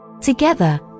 Together